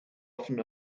often